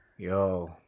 Yo